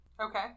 Okay